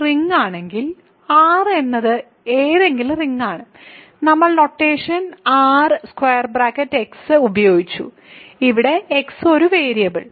R എന്നത് ഏതെങ്കിലും റിംഗാണ് നമ്മൾ നൊട്ടേഷൻ Rx ഉപയോഗിച്ചു ഇവിടെ x ഒരു വേരിയബിൾ